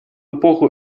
эпоху